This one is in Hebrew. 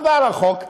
החוק עבר,